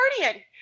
guardian